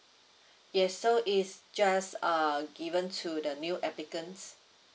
yes so is just err given to the new applicants